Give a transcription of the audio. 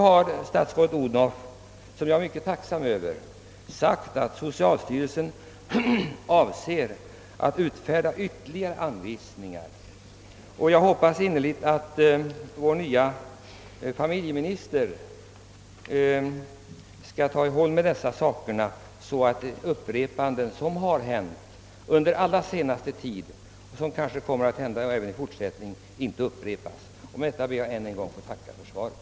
Jag är tacksam för att statsrådet fru Odhnoff upplyst om att socialstyrelsen avser att utfärda ytterligare anvisningar, och jag hoppas innerligt att vår nya familjeminister tar itu med dessa spörsmål, så att det som hänt på detta område under allra senaste tiden inte upprepas i fortsättningen. Herr talman! Med det anförda ber jag än en gång att få tacka för svaret.